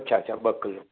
अछा अछा ॿ किलो